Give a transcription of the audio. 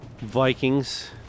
Vikings